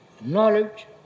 knowledge